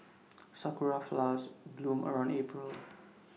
Sakura Flowers bloom around April